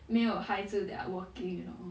没有孩子 that are working you know